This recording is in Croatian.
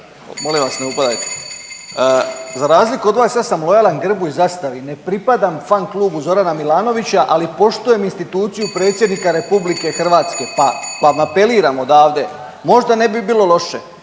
Molim vas ne upadajte. Za razliku od vas ja sam lojalan grbu i zastavi, ne pripadam fan klubu Zorana Milanovića ali poštuje instituciju Predsjednika RH pa vam apeliram odavde možda ne bi bilo loše